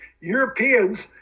Europeans